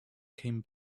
came